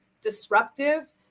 disruptive